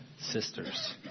sisters